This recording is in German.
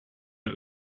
der